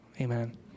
amen